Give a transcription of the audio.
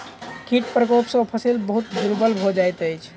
कीट प्रकोप सॅ फसिल बहुत दुर्बल भ जाइत अछि